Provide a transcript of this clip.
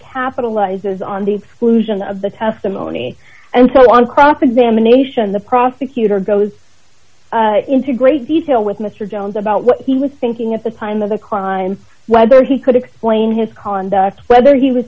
capitalizes on the exclusion of the testimony and so on cross examination the prosecutor goes into great detail with mr jones about what he was thinking at the time of the crime whether he could explain his conduct whether he was